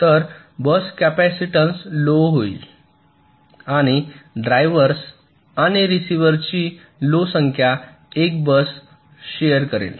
तर bus capacitance low होईल आणि ड्रायव्हर्स आणि रिसीव्हर्सची लो संख्या 1 बस शेअर करेल